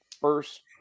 first